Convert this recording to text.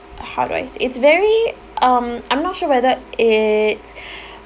how do I say it's very um I'm not sure whether it's